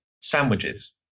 sandwiches